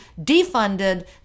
defunded